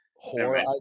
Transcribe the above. Horror